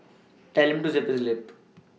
tell him to zip his lip